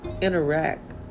interact